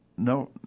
No